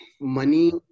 money